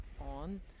on